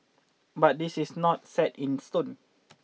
but this is not set in stone